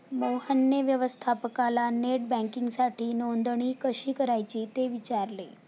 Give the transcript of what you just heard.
मोहनने व्यवस्थापकाला नेट बँकिंगसाठी नोंदणी कशी करायची ते विचारले